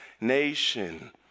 nation